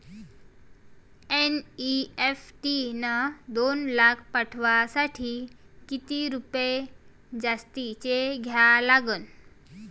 NEFT न दोन लाख पाठवासाठी किती रुपये जास्तचे द्या लागन?